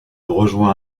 rejoint